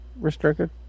restricted